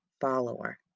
follower